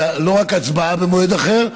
לא רק הצבעה במועד אחר,